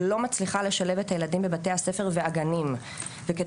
לא מצליחה לשלב את הילדים בבתי הספר והגנים וכתוצאה